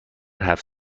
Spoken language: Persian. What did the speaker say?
هفت